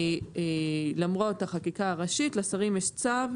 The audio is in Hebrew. שלמרות החקיקה הראשית לשרים יש צו,